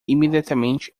imediatamente